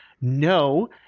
no